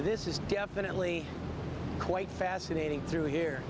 so this is definitely quite fascinating through here